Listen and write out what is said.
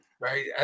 Right